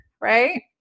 right